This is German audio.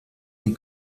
die